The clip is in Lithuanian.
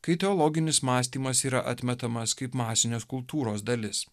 kai teologinis mąstymas yra atmetamas kaip masinės kultūros dalis